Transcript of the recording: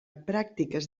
pràctiques